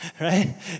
right